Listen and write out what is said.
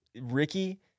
Ricky